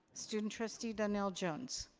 student trustee donnell jones.